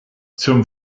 zum